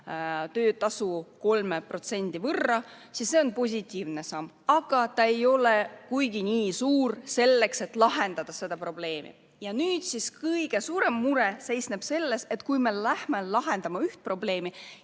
töötasu 3% võrra, siis see on positiivne samm, aga ta ei ole piisavalt suur selleks, et lahendada seda probleemi. Kõige suurem mure seisneb selles, et kui me läheme lahendama üht probleemi,